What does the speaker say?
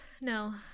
No